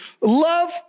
Love